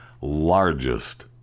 largest